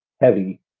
heavy